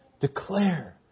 declare